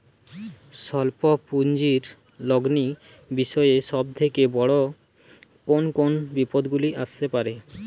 স্বল্প পুঁজির লগ্নি বিষয়ে সব থেকে বড় কোন কোন বিপদগুলি আসতে পারে?